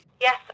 Yes